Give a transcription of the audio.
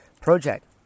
project